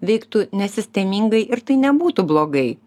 veiktų nesistemingai ir tai nebūtų blogai